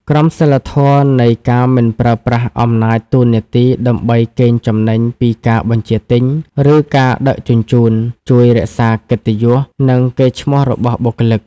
ក្រមសីលធម៌នៃការមិនប្រើប្រាស់អំណាចតួនាទីដើម្បីកេងចំណេញពីការបញ្ជាទិញ ឬការដឹកជញ្ជូន ជួយរក្សាកិត្តិយស និងកេរ្តិ៍ឈ្មោះរបស់បុគ្គលិក។